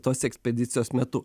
tos ekspedicijos metu